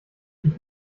ich